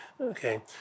Okay